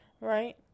right